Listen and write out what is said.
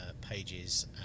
pages